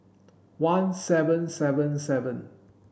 one seven seven seven